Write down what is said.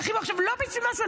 לא בשביל משהו,